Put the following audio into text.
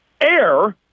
air